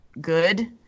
good